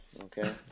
Okay